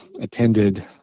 attended